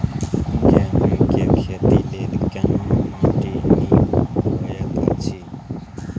गेहूँ के खेती लेल केना माटी नीक होयत अछि?